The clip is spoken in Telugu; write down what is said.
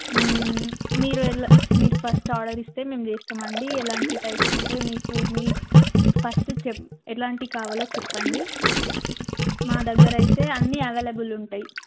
మీరు ఎలా మీరు ఫస్ట్ ఆర్డర్ ఇస్తే మేము చేస్తామండి ఎలాంటి టైప్స్ అంటే మీకు మీరు ఫస్ట్ చెప్ ఎలాంటి కావాలో చెప్పండి మా దగ్గరయితే అన్నీ అవైలబుల్ ఉంటాయి